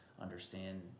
understand